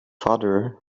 father